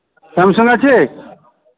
Samsung আছে